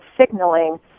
signaling